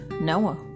Noah